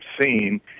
seen